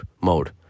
mode